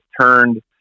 turned